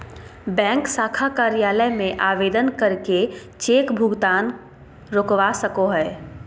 bank शाखा कार्यालय में आवेदन करके चेक भुगतान रोकवा सको हय